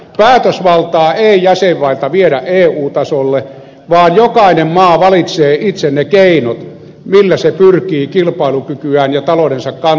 päätösvaltaa ei jäsenmailta viedä eu tasolle vaan jokainen maa valitsee itse ne keinot millä se pyrkii kilpailukykyään ja taloutensa kantokykyä kasvattamaan